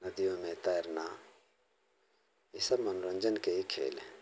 नदियों में तैरना ये सब मनोरंजन के ही खेल हैं